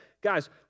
guys